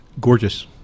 Gorgeous